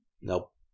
Nope